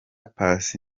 paccy